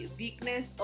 weakness